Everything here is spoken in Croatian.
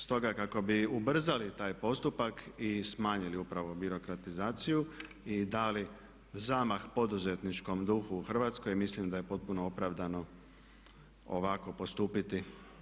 Stoga kako bi ubrzali taj postupak i smanjili upravo birokratizaciju i dali zamah poduzetničkom duhu u Hrvatskoj mislim da je potpuno opravdano ovako postupiti.